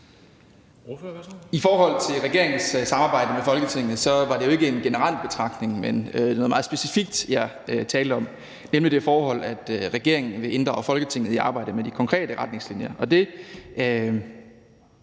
I forhold til regeringens samarbejde med Folketinget var det jo ikke en generel betragtning, men noget meget specifikt, jeg talte om, nemlig det forhold, at regeringen vil inddrage Folketinget i arbejdet med de konkrete retningslinjer.